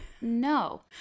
no